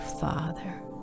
Father